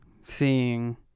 seeing